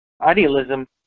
idealism